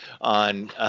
on